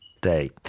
day